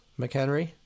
mchenry